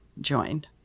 joined